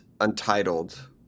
Untitled